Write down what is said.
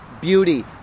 beauty